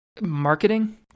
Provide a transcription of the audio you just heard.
marketing